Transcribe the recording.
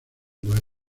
duero